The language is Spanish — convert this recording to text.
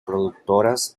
productoras